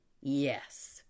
Yes